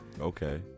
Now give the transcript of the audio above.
Okay